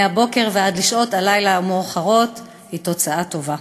מהבוקר ועד לשעות הלילה המאוחרות, היא תוצאה טובה,